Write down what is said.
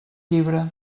llibre